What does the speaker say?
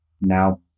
now